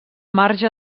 marge